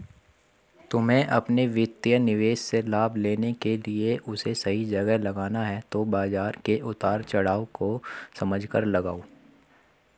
तुम्हे अपने वित्तीय निवेश से लाभ लेने के लिए उसे सही जगह लगाना है तो बाज़ार के उतार चड़ाव को समझकर लगाओ